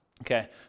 Okay